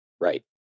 Right